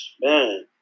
Man